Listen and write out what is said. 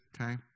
Okay